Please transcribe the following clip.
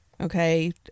okay